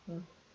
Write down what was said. mm